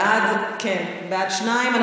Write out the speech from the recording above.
בעד, שניים.